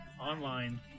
online